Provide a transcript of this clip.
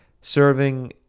serving